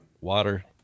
Water